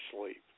sleep